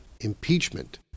Impeachment